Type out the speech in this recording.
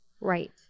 Right